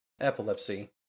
Epilepsy